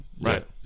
right